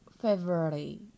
February